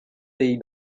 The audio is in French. pays